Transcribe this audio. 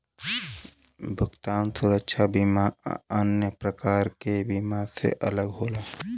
भुगतान सुरक्षा बीमा अन्य प्रकार के बीमा से अलग होला